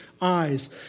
eyes